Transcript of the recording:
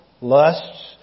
lusts